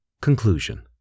Conclusion